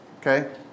okay